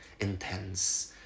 intense